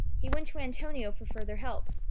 he went to antonio for further help.